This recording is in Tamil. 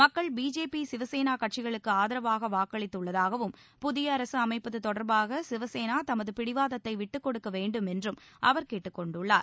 மக்கள் பிஜேபி சிவசேனா கட்சிகளுக்கு ஆதாரக வாக்களித்துள்ளதாகவும் புதிய அரசு அமைப்பது தொடர்பாக சிவசேனா தமது பிடிவாதத்தை விடடுக்கொடுக்க வேண்டும் என்றும் அவர் கேட்டுக் கொண்டுள்ளார்